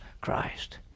Christ